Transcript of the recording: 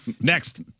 Next